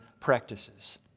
practices